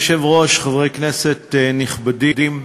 אדוני היושב-ראש, חברי כנסת נכבדים,